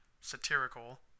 satirical